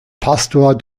pastor